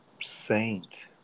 Saint